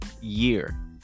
year